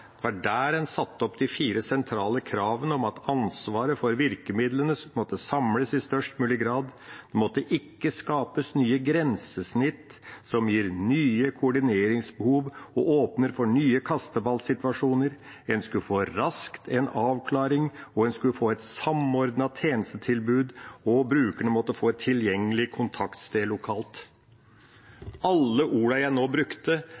Det var der en satte opp de fire sentrale kravene om at ansvaret for virkemidlene måtte samles i størst mulig grad, det måtte ikke skapes nye grensesnitt som gir nye koordineringsbehov og åpner for nye kasteballsituasjoner. En skulle raskt få en avklaring, en skulle få et samordnet tjenestetilbud, og brukerne måtte få et tilgjengelig kontaktsted lokalt. Alle ordene jeg nå brukte,